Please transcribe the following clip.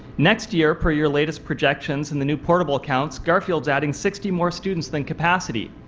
next year, per your latest projections and the new portable accounts, garfield is adding sixty more students than capacity,